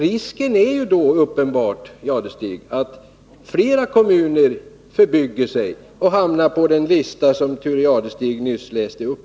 Risken med en sådan är uppenbarligen, Thure Jadestig, att fler kommuner förbygger sig och hamnar på den lista som Thure Jadestig nyss läste upp.